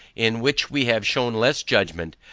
in which we have shewn less judgment,